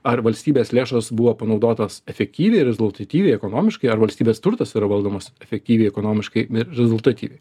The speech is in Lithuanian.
ar valstybės lėšos buvo panaudotos efektyviai rezultatyviai ekonomiškai ar valstybės turtas yra valdomas efektyviai ekonomiškai ir rezultatyviai